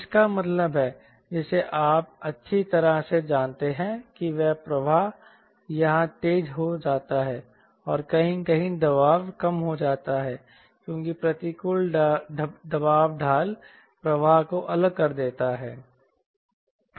इसका मतलब है जिसे आप अच्छी तरह से जानते हैं कि प्रवाह यहाँ तेज हो जाता है और कहीं कहीं दबाव कम हो जाता है क्योंकि प्रतिकूल दबाव ढाल प्रवाह को अलग कर देता है